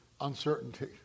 uncertainty